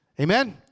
Amen